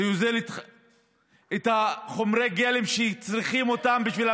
זה יוזיל את חומרי הגלם שצריך לבנייה,